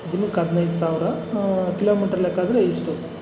ದಿನಕ್ಕೆ ಹದಿನೈದು ಸಾವಿರ ಕಿಲೋಮೀಟ್ರ್ ಲೆಕ್ಕ ಆದರೆ ಇಷ್ಟು